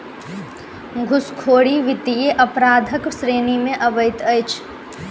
घूसखोरी वित्तीय अपराधक श्रेणी मे अबैत अछि